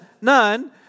None